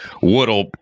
what'll